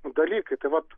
dalykai tai vat